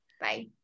Bye